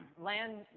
land